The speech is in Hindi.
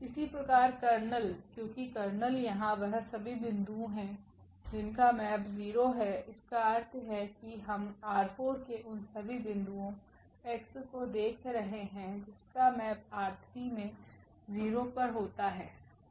इसी प्रकार कर्नेल क्योंकि कर्नेल यहां वह सभी बिंदु है जिनका मैप 0 हैइसका अर्थ है की हम ℝ4 के उन सभी बिन्दुओं x को देख रहे हैं जिसका मेप R3 में 0 पर होता है